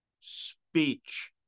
speech